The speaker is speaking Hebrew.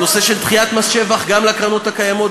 הנושא של דחיית מס שבח גם לקרנות הקיימות,